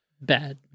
bad